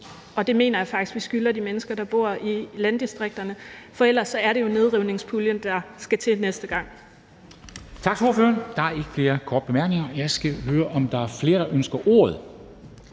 og det mener jeg faktisk vi skylder de mennesker, der bor i landdistrikterne. For ellers er det jo nedrivningspuljen, der skal til næste gang.